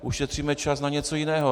Ušetříme čas na něco jiného.